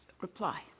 Reply